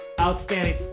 Outstanding